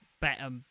better